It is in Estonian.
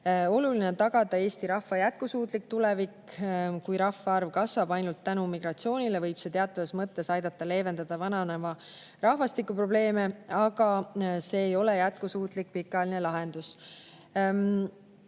Oluline on tagada Eesti rahva jätkusuutlik tulevik. Kui rahvaarv kasvab ainult tänu migratsioonile, võib see teatavas mõttes aidata leevendada vananeva rahvastiku probleeme, aga see ei ole jätkusuutlik pikaajaline lahendus.